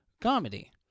comedy